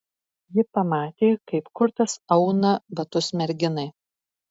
ji pamatė kaip kurtas auna batus merginai